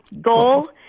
goal